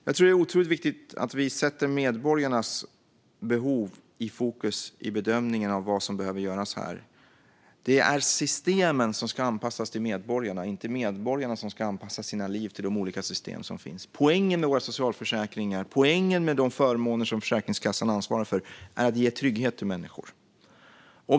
Jag tror att det är otroligt viktigt att vi sätter medborgarnas behov i fokus när det gäller bedömningen av vad som behöver göras. Det är systemen som ska anpassas till medborgarna och inte medborgarna som ska anpassa sina liv till de olika system som finns. Poängen med våra socialförsäkringar och med de förmåner som Försäkringskassan ansvarar för är att ge trygghet till människor.